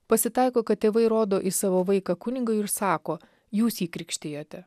pasitaiko kad tėvai rodo į savo vaiką kunigui ir sako jūs jį krikštijote